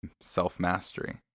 Self-mastery